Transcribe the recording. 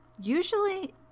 usually